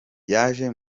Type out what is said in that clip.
yaje